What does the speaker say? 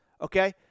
okay